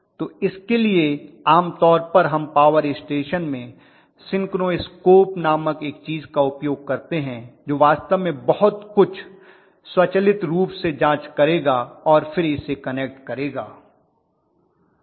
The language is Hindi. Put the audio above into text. तो इसके लिए आम तौर पर हम पावर स्टेशन में सिंक्रो स्कोप नामक एक चीज का उपयोग करते हैं जो वास्तव में सब कुछ स्वचालित रूप से जांच करेगा और फिर इसे कनेक्ट करेगा